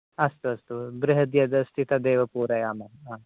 अस्तु अस्तु बृहद् यदस्ति तदेव पूरयामः